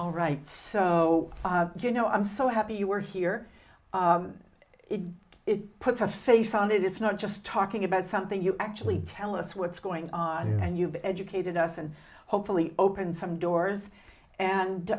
all right so you know i'm so happy you were here it puts a face on it it's not just talking about something you actually tell us what's going on and you've educated us and hopefully open some doors and